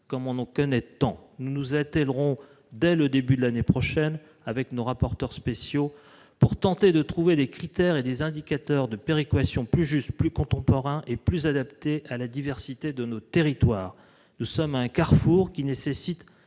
comme on en connaît tant. Nous nous y attellerons dès le début de l'année prochaine avec les rapporteurs spéciaux, pour tenter de trouver des critères et les indicateurs de péréquation plus justes, plus contemporains et plus adaptés à la diversité de nos territoires. Nous sommes à un carrefour, qui nécessite